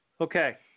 Okay